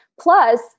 Plus